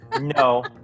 no